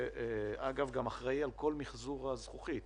ואגב, גם אחראי על כל מחזור הזכוכית.